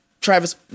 Travis